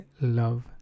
love